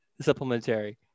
supplementary